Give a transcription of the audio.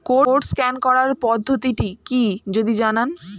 Code scan করার পদ্ধতিটি কি যদি জানান?